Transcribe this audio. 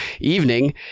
evening